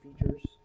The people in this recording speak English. features